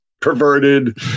perverted